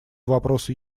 вопросу